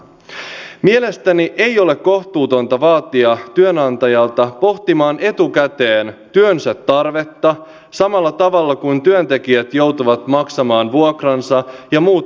mielestäni ei ole kohtuutonta vaatia työnantajaa pohtimaan etukäteen työnsä tarvetta samalla tavalla kuin työntekijät joutuvat maksamaan vuokransa ja muut elämisen tarpeet